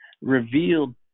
revealed